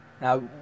Now